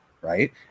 right